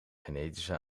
genetische